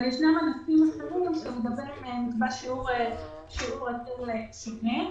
אבל ישנם ענפים אחרים שיש עליהם שיעור היטל שונה.